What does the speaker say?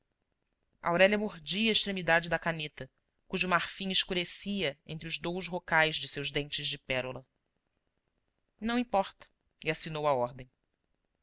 aurélia mordia a extremidade da caneta cujo marfim escurecia entre os dous rocais de seus dentes de pérola não importa e assinou a ordem